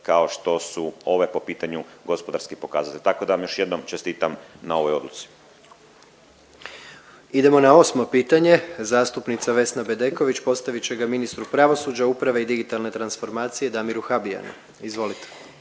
kao što su ove po pitanju gospodarskih pokazatelja. Tako da vam još jednom čestitam na ovoj odluci. **Jandroković, Gordan (HDZ)** Idemo na osmo pitanje, zastupnica Vesna Bedeković postavit će ga ministru pravosuđa, uprave i digitalne transformacije Damiru Habijanu. Izvolite.